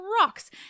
rocks